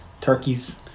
turkeys